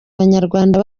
abanyarwanda